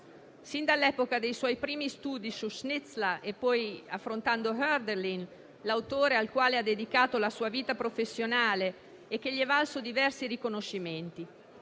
sin dall'epoca dei suoi primi studi su Schnitzler e poi affrontando Hölderlin, l'autore al quale ha dedicato la sua vita professionale e che gli è valso diversi riconoscimenti.